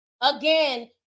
Again